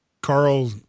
carl